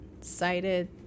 cited